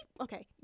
Okay